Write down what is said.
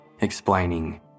explaining